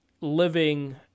living